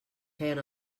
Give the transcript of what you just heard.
feien